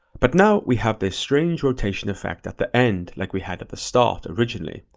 but now, we have this strange rotation effect at the end, like we had at the start originally.